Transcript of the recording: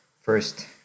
first